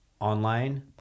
online